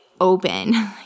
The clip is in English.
open